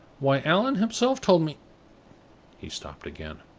why, allan himself told me he stopped again.